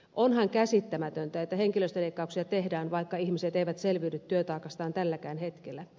onhan käsittämätöntä että henkilöstöleikkauksia tehdään vaikka ihmiset eivät selviydy työtaakastaan tälläkään hetkellä